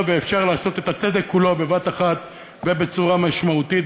ואפשר לעשות את הצדק כולו בבת-אחת ובצורה משמעותית.